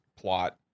plot